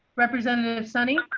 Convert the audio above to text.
representative sonny.